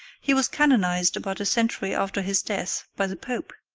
he was canonized about a century after his death by the pope,